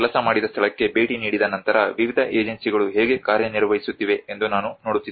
ಕೆಲಸ ಮಾಡಿದ ಸ್ಥಳಕ್ಕೆ ಭೇಟಿ ನೀಡಿದ ನಂತರ ವಿವಿಧ ಏಜೆನ್ಸಿಗಳು ಹೇಗೆ ಕಾರ್ಯನಿರ್ವಹಿಸುತ್ತಿವೆ ಎಂದು ನಾನು ನೋಡುತ್ತಿದ್ದೆ